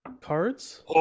cards